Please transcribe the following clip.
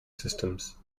systems